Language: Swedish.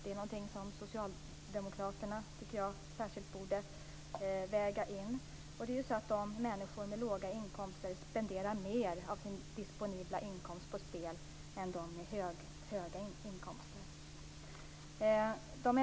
Det är någonting som socialdemokraterna borde väga in. Människor med låga inkomster spenderar mer av sin disponibla inkomst på spel än dem med höga inkomster.